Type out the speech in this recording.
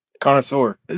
Connoisseur